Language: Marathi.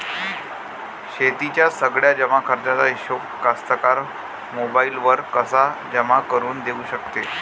शेतीच्या सगळ्या जमाखर्चाचा हिशोब कास्तकार मोबाईलवर कसा जमा करुन ठेऊ शकते?